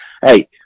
hey